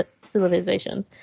civilization